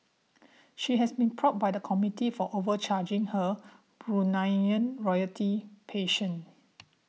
she has been probed by the committees for overcharging her Bruneian royalty patient